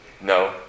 No